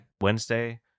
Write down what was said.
Wednesday